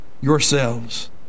yourselves